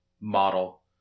model